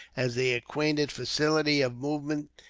as they acquired facility of movement,